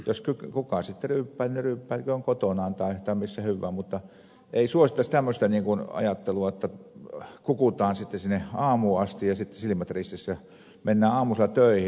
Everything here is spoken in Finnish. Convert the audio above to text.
kuka sitten ryyppää niin ryyppäilköön kotonaan tai missä hyvänsä mutta ei suosittaisi tämmöistä ajattelua että kukutaan sitten sinne aamuun asti ja sitten silmät ristissä mennään aamusella töihin